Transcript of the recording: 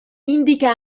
indica